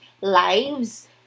lives